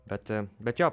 bet bet jo